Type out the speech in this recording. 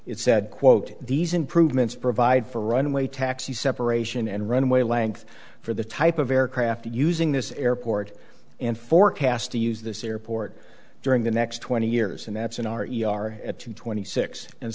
it said quote these improvements provide for runway taxi separation and runway length for the type of aircraft using this airport and forecast to use this airport during the next twenty years and that's in our yard at two twenty six and